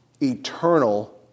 eternal